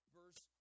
verse